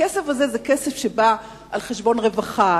הכסף הזה זה כסף שבא על חשבון רווחה,